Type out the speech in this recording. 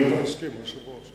אם אתה מסכים, היושב-ראש.